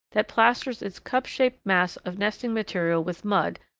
that plasters its cup-shaped mass of nesting material with mud,